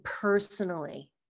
personally